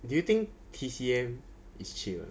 do you think T_C_M is chill